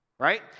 Right